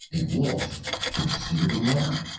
a wolf pursued a lamb,